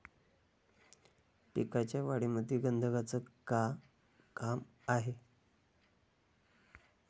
पिकाच्या वाढीमंदी गंधकाचं का काम हाये?